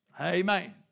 Amen